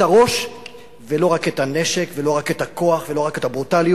הראש ולא רק את הנשק ולא רק את הכוח ולא רק את הברוטליות.